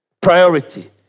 priority